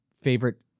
favorite